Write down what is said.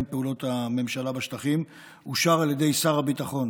פעולות הממשלה בשטחים אושר על ידי שר הביטחון,